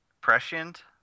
prescient